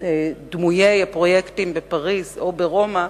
דמויי פרויקטים בפריס או ברומא,